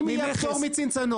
אם יהיה פטור מצנצנות.